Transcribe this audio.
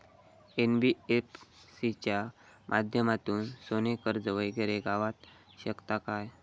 NBFC च्या माध्यमातून सोने कर्ज वगैरे गावात शकता काय?